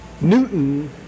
Newton